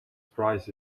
price